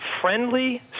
friendly